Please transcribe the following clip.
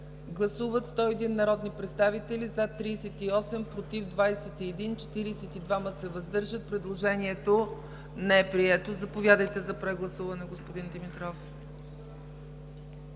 Гласували 101 народни представители: за 38, против 21, въздържали се 42. Предложението не е прието. Заповядайте за прегласуване, господин Димитров.